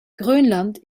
grönland